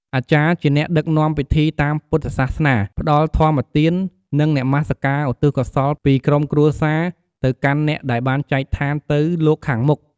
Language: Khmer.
អាចារ្យជាអ្នកដឹកនាំពិធីតាមពុទ្ធសាសនា ផ្តល់ធម្មទាន និងនមសក្ការឧទ្ទិសកុសលពីក្រុមគ្រួសារទៅកាន់អ្នកដែលបានចែកឋានទៅលោកខាងមុខ។